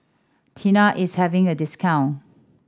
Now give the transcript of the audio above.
Tena is having a discount